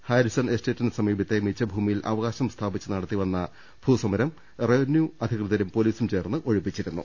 Harrison എസ്റ്റേറ്റിനു സമീപത്തെ മിച്ചഭൂ മിയിൽ അവകാശം സ്ഥാപിച്ച് നടത്തിവന്ന ഭൂസമരം റവന്യു അധികൃ തരും പോലീസും ചേർന്ന് ഒഴിപ്പിച്ചിരുന്നു